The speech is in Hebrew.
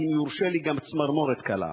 ואם יורשה לי, גם צמרמורת קלה.